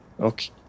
Okay